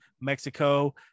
Mexico